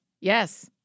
Yes